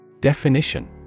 Definition